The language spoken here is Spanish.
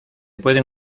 pueden